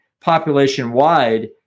population-wide